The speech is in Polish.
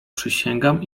przysięgam